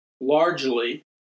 largely